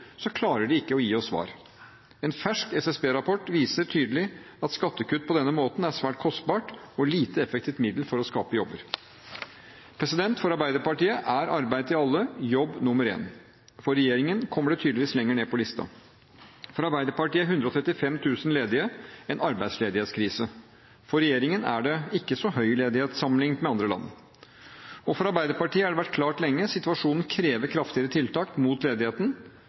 klarer de ikke å gi oss svar. En fersk SSB-rapport viser tydelig at skattekutt på denne måten er svært kostbart og et lite effektivt middel for å skape jobber. For Arbeiderpartiet er arbeid til alle jobb nr. én. For regjeringen kommer det tydeligvis lenger ned på lista. For Arbeiderpartiet er 135 000 ledige en arbeidsledighetskrise. For regjeringen er det ikke så høy ledighet sammenliknet med andre land. For Arbeiderpartiet har det vært klart lenge at situasjonen krever kraftigere tiltak mot ledigheten.